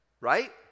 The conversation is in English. Right